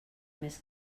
més